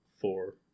four